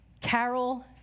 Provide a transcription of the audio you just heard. Carol